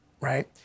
right